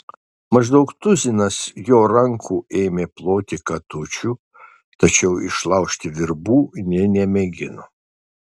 maždaug tuzinas jo rankų ėmė ploti katučių tačiau išlaužti virbų nė nemėgino